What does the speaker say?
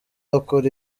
akora